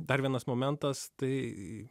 dar vienas momentas tai